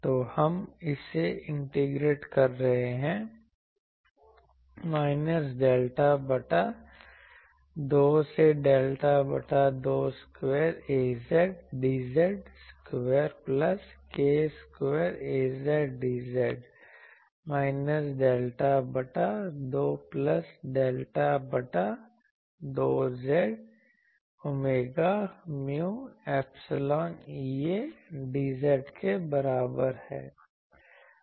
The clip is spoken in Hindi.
तो हम इसे इंटीग्रेट कर रहे हैं माइनस डेल्टा बटा 2 से डेल्टा बटा 2 square Az dz square plus k square Az dz minus delta बटा 2 प्लस डेल्टा बटा 2 j omega mu epsilon EA dz के बराबर है